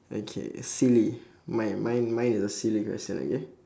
okay silly mi~ mi~ mine is a silly question okay